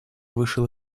вышел